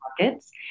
markets